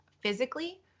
physically